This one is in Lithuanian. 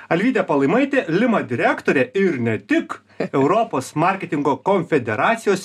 alvydė palaimaitė lima direktorė ir ne tik europos marketingo konfederacijos